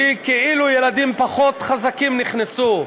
כי כאילו ילדים חזקים פחות נכנסו,